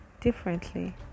differently